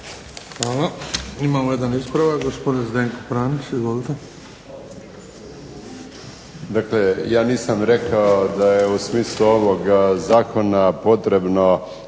Hvala. Imamo jedan ispravak, gospodin Zdenko Franić. Izvolite. **Franić, Zdenko (SDP)** Dakle ja nisam rekao da je u smislu ovog zakona potrebno